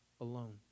alone